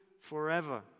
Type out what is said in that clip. forever